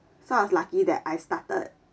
so I was lucky that I started